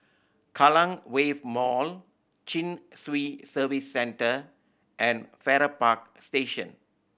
Kallang Wave Mall Chin Swee Service Centre and Farrer Park Station